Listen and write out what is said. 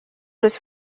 was